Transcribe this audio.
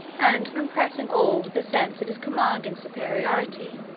and of impressing all with a sense of his commanding superiority.